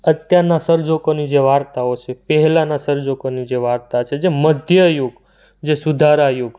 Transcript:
અત્યારના સર્જકોની જે વાર્તાઓ છે પહેલાંના સર્જકોની જે વાર્તા છે જે મધ્ય યુગ જે સુધારા યુગ